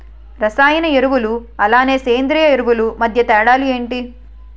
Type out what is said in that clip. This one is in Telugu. రసాయన ఎరువులు అలానే సేంద్రీయ ఎరువులు మధ్య తేడాలు ఏంటి?